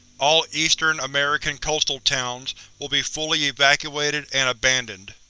all eastern american coastal towns will be fully evacuated and abandoned.